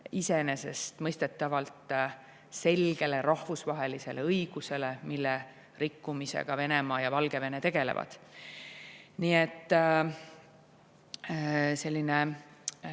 iseenesestmõistetavalt selgele rahvusvahelisele õigusele, mille rikkumisega Venemaa ja Valgevene tegelevad. Nii et